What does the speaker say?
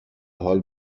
حال